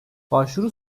başvuru